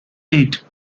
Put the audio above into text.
eight